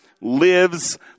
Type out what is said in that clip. lives